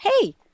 hey